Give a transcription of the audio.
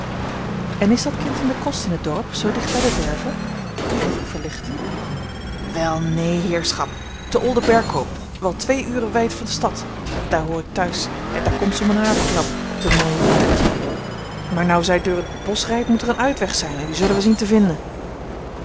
en is dat kind in den kost in het dorp zoo dicht bij de werve vroeg ik verlicht wel neen heerschap te oldeberkoop wel twee uren wijd van stad daar hoor ik thuis en daar komt ze om een haverklap op d'r mooie paardje maar nou zij deur het bosch rijdt moet er een uitweg zijn en die zullen wij zien te vinden